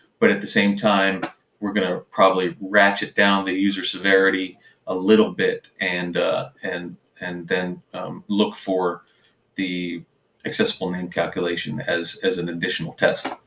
but at the same time we're going ah probably ratchet down the user severity a little bit, and and and look for the accessibility and calculation as as an additional test.